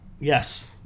Yes